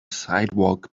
sidewalk